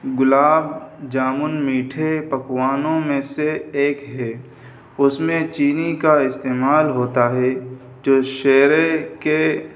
گلاب جامن میٹھے پکوانوں میں سے ایک ہے اس میں چینی کا استعمال ہوتا ہے جو شیرے کے